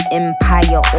empire